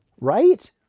right